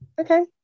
okay